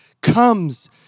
comes